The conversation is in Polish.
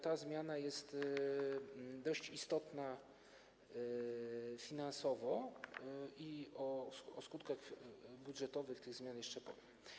Ta zmiana jest dość istotna finansowo i o skutkach budżetowych tej zmiany jeszcze powiem.